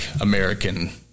American